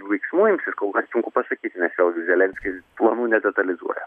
veiksmų imsis kol kas sunku pasakyt nes vėlgi zelenskis planų nedetalizuoja